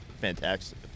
fantastic